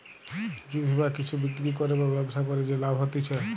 জিনিস বা কিছু বিক্রি করে বা ব্যবসা করে যে লাভ হতিছে